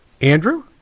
Andrew